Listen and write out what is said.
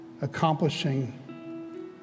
accomplishing